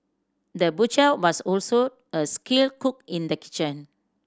the butcher was also a skilled cook in the kitchen